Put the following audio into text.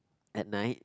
at night